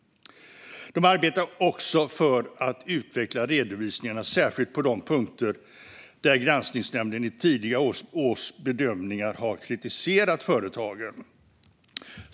De arbetar också för att utveckla redovisningarna, särskilt på de punkter där granskningsnämnden i tidigare års bedömningar har kritiserat företagen.